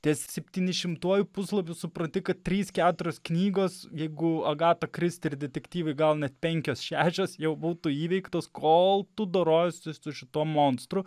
ties septynišimtuoju puslapiu supranti kad trys keturios knygos jeigu agatą kristi ir detektyvų gal net penkios šešios jau būtų įveiktos kol tu dorojiesi su šituo monstru